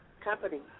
company